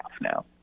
now